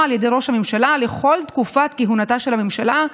על ידי ראש הממשלה לכל תקופת כהונתה של הממשלה".